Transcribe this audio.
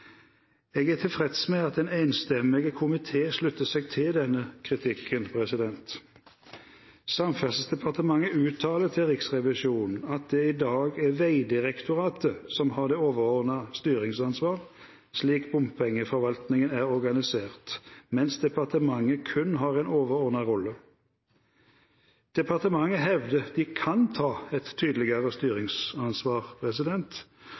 Jeg er tilfreds med at en enstemmig komité slutter seg til denne kritikken. Samferdselsdepartementet uttaler til Riksrevisjonen at det i dag er Vegdirektoratet som har det overordnede styringsansvar slik bompengeforvaltningen er organisert, mens departementet kun har en overordnet rolle. Departementet hevder de kan ta et tydeligere